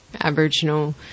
Aboriginal